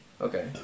Okay